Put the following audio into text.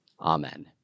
Amen